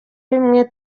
bimwe